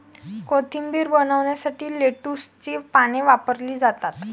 कोशिंबीर बनवण्यासाठी लेट्युसची पाने वापरली जातात